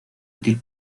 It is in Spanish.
útil